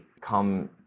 come